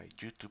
YouTube